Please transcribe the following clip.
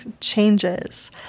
changes